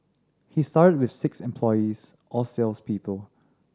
he started with six employees all sales people